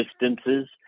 distances